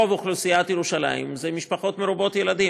שרוב אוכלוסיית ירושלים זה משפחות מרובות ילדים.